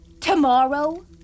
Tomorrow